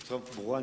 בצורה ברורה,